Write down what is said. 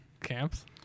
Camps